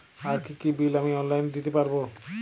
আর কি কি বিল আমি অনলাইনে দিতে পারবো?